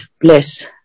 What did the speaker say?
bless